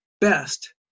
best